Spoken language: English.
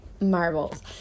marbles